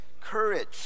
Courage